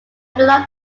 belong